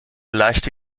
leichte